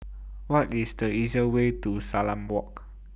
What IS The easier Way to Salam Walk